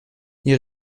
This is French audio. ils